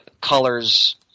colors